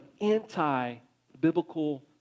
anti-biblical